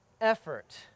effort